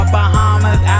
Bahamas